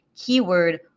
keyword